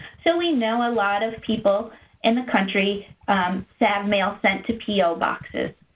so we know a lot of people in the country that have mail sent to po boxes.